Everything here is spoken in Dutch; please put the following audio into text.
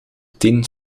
tien